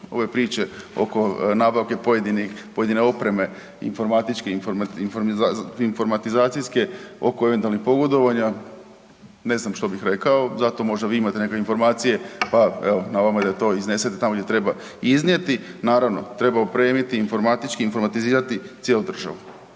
ove priče oko nabavke pojedinih, pojedine opreme informatički, informatizacijske oko eventualnih pogodovanja, ne znam što bih rekao, zato možda vi imate neke informacije, pa evo na vama je da to iznesete tamo gdje treba iznijeti. Naravno, treba opremiti informatički, informatizirati cijelu državu.